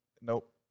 Nope